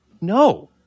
No